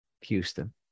Houston